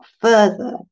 further